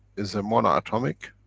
is it mono atomic?